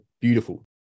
beautiful